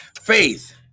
Faith